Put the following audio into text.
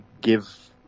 give